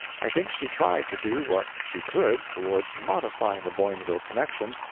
i think she tried to do what she could towards modifying the boinville connection,